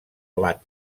blat